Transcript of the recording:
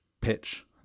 pitch